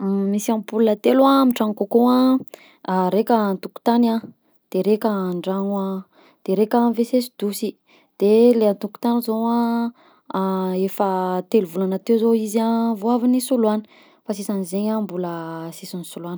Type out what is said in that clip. Misy ampoule telo amin'ny tragnoko akao, ny raika an-tokontany a, de raika an-dragno a de raika amy WC sy dosy, de le an-tokontany zao a, efa telo volagna teo zao izy vao avy nisoloàgna, fa ny sisan'izay mbola sisy nisoloàgna.